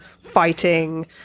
fighting